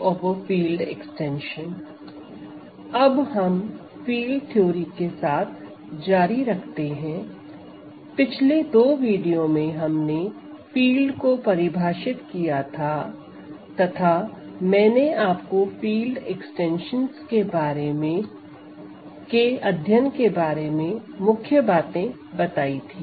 अब field theory के साथ जारी रखें पिछले दो वीडियो में हमने फील्ड को परिभाषित किया था तथा मैंने आपको फील्ड एक्सटेंशन के अध्ययन के बारे में मुख्य बातें बताई थी